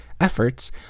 efforts